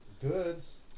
Goods